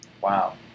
Wow